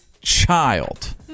child